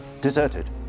deserted